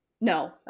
No